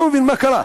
אני לא מבין מה קרה.